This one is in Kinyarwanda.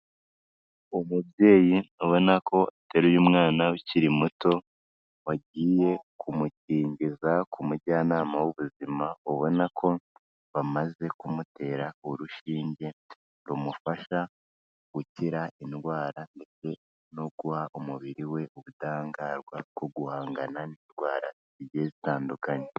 Umubyeyi ubona ko ateraye mwana ukiri muto, wagiye kumukingiza ku mujyanama w'ubuzima ubona ko bamaze kumutera urushinge, rumufasha gukira indwara ndetse no guha umubiri we ubudahangarwa bwo guhangana n'indwara zitandukanye.